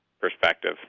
perspective